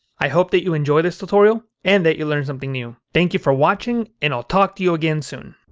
i hope that you enjoyed this tutorial and that you learned something new. thank you for watching and i'll talk to you again soon.